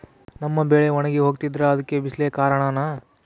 ನಮ್ಮ ಬೆಳೆ ಒಣಗಿ ಹೋಗ್ತಿದ್ರ ಅದ್ಕೆ ಬಿಸಿಲೆ ಕಾರಣನ?